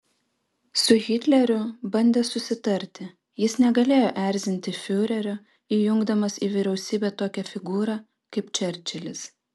su hitleriu bandė susitarti jis negalėjo erzinti fiurerio įjungdamas į vyriausybę tokią figūrą kaip čerčilis